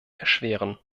erschweren